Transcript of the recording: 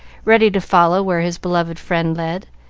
ready to follow where his beloved friend led,